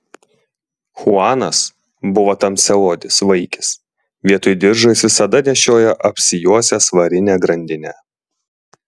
chuanas buvo tamsiaodis vaikis vietoj diržo jis visada nešiojo apsijuosęs varinę grandinę